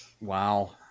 Wow